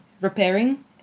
repairing